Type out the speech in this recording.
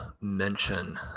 mention